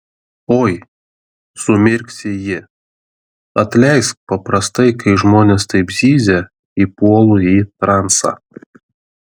oi sumirksi ji atleisk paprastai kai žmonės taip zyzia įpuolu į transą